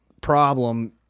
problem